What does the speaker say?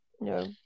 no